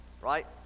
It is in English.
right